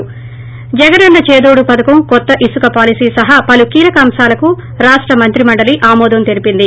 ి జగనన్న చేదోడు పథకం కొత్త ఇసుక పాలసీ సహా పలు కీలక అంశాలకు రాష్ట మంత్రిమండలి ఆమోదం తెలిపింది